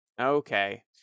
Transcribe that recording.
Okay